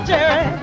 Jerry